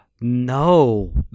No